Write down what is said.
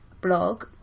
blog